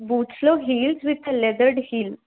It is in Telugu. బూట్స్లో హీల్స్ విత్ లెదర్డ్ హీల్స్